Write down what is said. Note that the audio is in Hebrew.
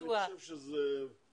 אני חושב שזה פתור.